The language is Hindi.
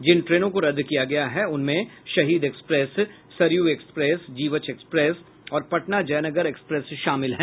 जिन ट्रेनों को रद्द किया गया है उसमें Shaheed express Saryu express Jivachh express और पटना जयनगर एक्सप्रेस शामिल हैं